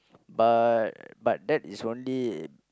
but but that is only